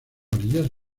orillas